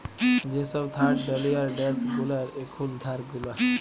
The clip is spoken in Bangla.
যে সব থার্ড ডালিয়ার ড্যাস গুলার এখুল ধার গুলা